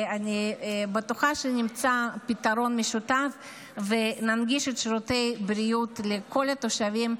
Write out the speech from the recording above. ואני בטוחה שנמצא פתרון משותף וננגיש את שירותי הבריאות לכל התושבים,